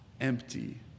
empty